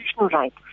right